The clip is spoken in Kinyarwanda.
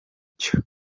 cyo